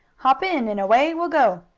hop in and away we'll go!